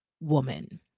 woman